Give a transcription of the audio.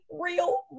real